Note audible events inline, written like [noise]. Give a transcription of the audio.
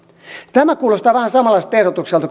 tämä kuulostaa vähän samanlaiselta ehdotukselta [unintelligible]